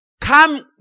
come